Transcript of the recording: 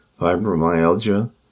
fibromyalgia